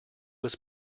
was